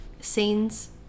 scenes